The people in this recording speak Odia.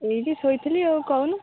ଏଇଠି ଶୋଇଥିଲି ଆଉ କହୁନୁ